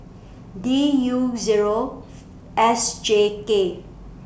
D U Zero S J K